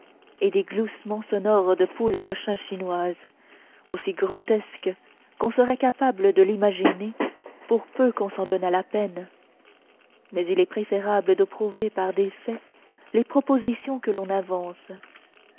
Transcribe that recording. et des gloussements sonores de poule cochinchinoise aussi grotesques qu'on serait capable de l'imaginer pour peu qu'on s'en donnât la peine mais il est préférable de prouver par des faits les propositions que l'on avance